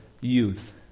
youth